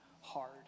hard